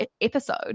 episode